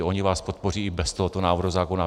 Oni vás podpoří i bez tohoto návrhu zákona.